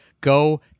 Go